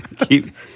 Keep